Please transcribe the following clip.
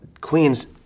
Queens